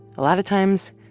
a lot of times,